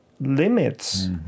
limits